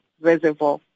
Reservoir